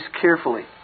carefully